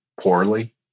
poorly